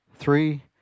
three